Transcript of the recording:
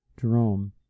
Jerome